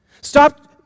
Stop